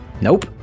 Nope